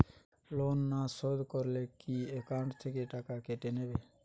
Loan না শোধ করলে কি একাউন্ট থেকে টাকা কেটে নেবে?